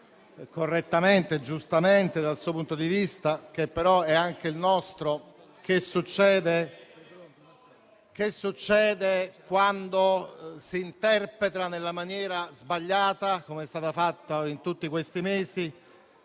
me correttamente e giustamente dal suo punto di vista, che però è anche il nostro, cosa succede quando si interpreta nella maniera sbagliata, com'è stato fatto in tutti questi mesi,